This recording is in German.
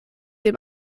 dem